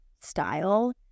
style